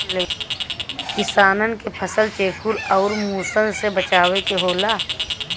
किसानन के फसल चेखुर आउर मुसन से बचावे के होला